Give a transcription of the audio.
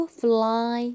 fly